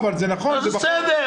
אבל זה נכון, זה בחוק.